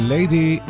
Lady